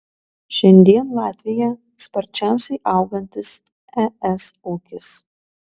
šiandien latvija sparčiausiai augantis es ūkis